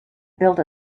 built